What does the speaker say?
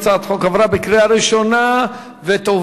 הצעת החוק עברה בקריאה ראשונה ותועבר